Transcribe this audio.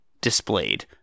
displayed